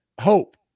hope